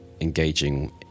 engaging